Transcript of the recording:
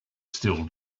still